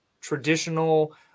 traditional